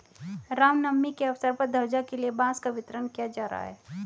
राम नवमी के अवसर पर ध्वजा के लिए बांस का वितरण किया जा रहा है